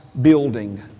building